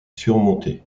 surmontée